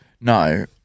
no